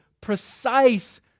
precise